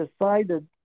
decided